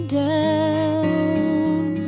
down